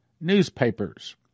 newspapers